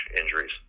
injuries